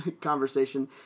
conversation